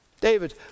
David